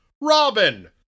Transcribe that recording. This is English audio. Robin